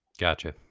gotcha